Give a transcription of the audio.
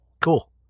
Cool